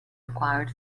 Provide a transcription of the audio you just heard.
required